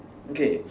okay